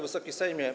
Wysoki Sejmie!